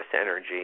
energy